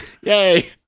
Yay